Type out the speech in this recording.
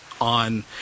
on